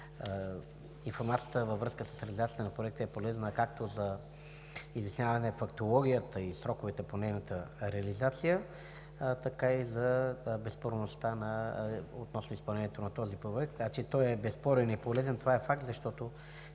Информацията във връзка с реализацията на Проекта е полезна както за изясняване фактологията и сроковете по неговата реализация, така и за безспорността относно изпълнението на този проект. Той е безспорен и полезен – това е факт, защото